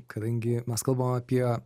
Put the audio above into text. kadangi mes kalbam apie